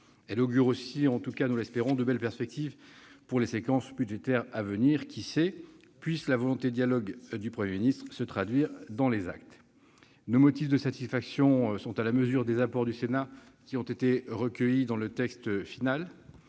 Elle augure aussi- en tout cas nous l'espérons -de belles perspectives pour les séquences budgétaires à venir. Qui sait ? Puisse la volonté de dialogue du Premier ministre se traduire dans les actes ! Nos motifs de satisfaction sont à la mesure des apports du Sénat qui ont été retenus dans le texte final.